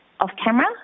off-camera